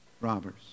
robbers